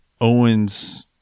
Owens